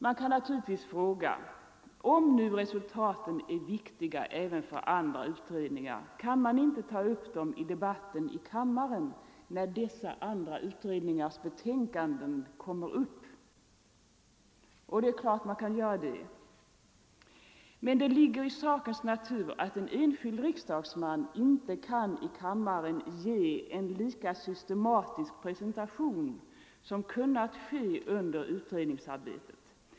Man kan naturligtvis fråga: Om nu resultaten är viktiga även för andra utredningar, kan man inte ta upp dem i debatten i kammaren när dessa andra utredningars betänkanden kommer upp? Det är klart att man kan göra det. Men det ligger i sakens natur att en enskild riksdagsman inte i kammaren kan ge en lika systematisk presentation som hade kunnat ske under utredningsarbetet.